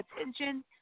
attention